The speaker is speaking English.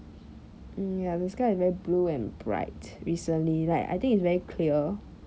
mm ya the sky is very blue and bright recently like I think it's very clear